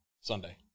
Sunday